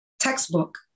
Textbook